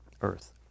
earth